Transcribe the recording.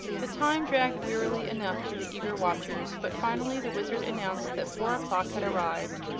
the time dragged wearily enough to the eager watchers, but finally the wizard announced that four o'clock had arrived,